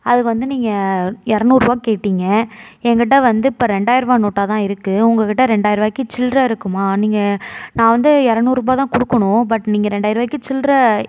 அதுக்கு வந்து நீங்கள் இரநூறுவா கேட்டீங்க என்கிட்ட வந்து இப்போ ரெண்டாயிரூபா நோட்டாகதான் இருக்கு உங்கக்கிட்டே ரெண்டாயிரரூபாய்க்கி சில்லற இருக்குமா நீங்கள் நான் வந்து இரநூறுபாதான் கொடுக்கணும் பட் நீங்கள் ரெண்டாயிரரூபாய்க்கு சில்லற